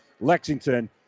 Lexington